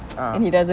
ah